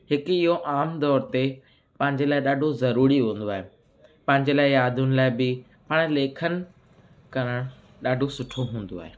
हिकु इहो आम तौर ते पंहिंजे लाइ ॾाढो ज़रूरी हूंदो आहे पंहिंजे लाइ यादुनि लाइ बि पाण लेखण करण ॾाढो सुठो हूंदो आहे